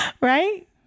Right